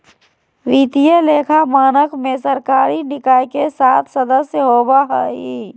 वित्तीय लेखा मानक में सरकारी निकाय के सात सदस्य होबा हइ